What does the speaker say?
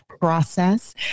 process